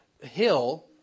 hill